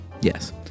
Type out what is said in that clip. yes